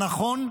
הנכון,